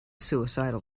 suicidal